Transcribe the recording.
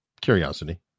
Curiosity